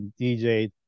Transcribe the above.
DJ